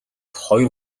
хоёр